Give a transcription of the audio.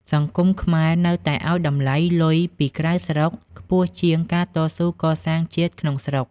សង្គមខ្មែរនៅតែឱ្យតម្លៃ "លុយពីក្រៅស្រុក" ខ្ពស់ជាង "ការតស៊ូកសាងជាតិក្នុងស្រុក"។